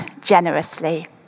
generously